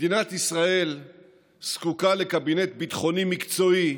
מדינת ישראל זקוקה לקבינט ביטחוני מקצועי,